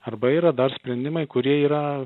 arba yra dar sprendimai kurie yra